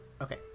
okay